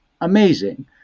amazing